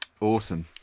Awesome